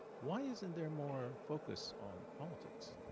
why isn't there more focus on politics?